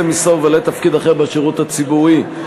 משרה ובעלי תפקיד אחר בשירות הציבורי.